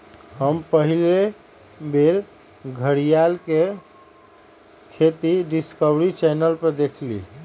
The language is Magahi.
हम पहिल बेर घरीयार के खेती डिस्कवरी चैनल पर देखली